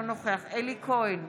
אינו נוכח אלי כהן,